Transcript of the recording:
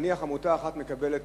אם נניח עמותה אחת מקבלת